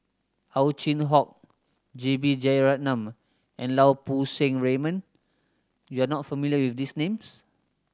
Ow Chin Hock J B Jeyaretnam and Lau Poo Seng Raymond you are not familiar with these names